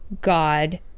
God